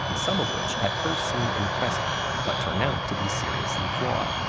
some of which at first seem impressive, but turn out to be seriously flawed.